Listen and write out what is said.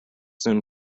soon